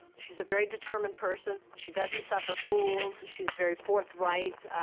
she's a very determined person she doesn't suffer fools. she's very forthright.